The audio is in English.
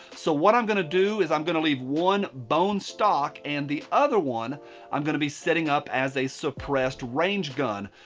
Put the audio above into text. so what i'm gonna do is i'm gonna leave one bone stock and the other one i'm going to be setting up as a suppressed range gun.